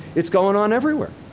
it's going on everywhere.